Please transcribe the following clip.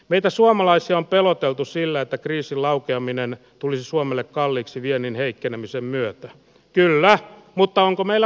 meitä suomalaisia on peloteltu sillä että kriisin laukeaminen olisi suomelle kalliiksi viennin heikkenemisen myötä hyvä mutta onko meillä